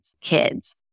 kids